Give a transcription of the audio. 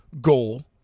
goal